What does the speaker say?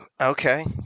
okay